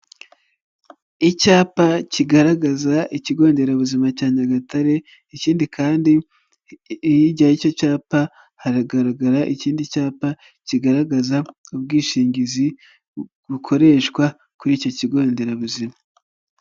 Icyapa kigaragaza ikigo nderabuzima cya Nyagatare ikindi kandi hirya y'icyo cyapa haragaragara ikindi cyapa kigaragaza ubwishingizi bukoreshwa kuri icyo kigo nderabuzima.